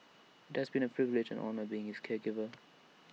IT has been A privilege and honour being his caregiver